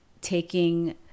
taking